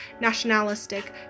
nationalistic